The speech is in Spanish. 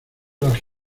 las